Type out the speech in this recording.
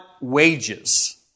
wages